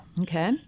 Okay